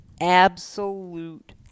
absolute